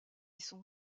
sont